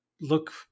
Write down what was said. look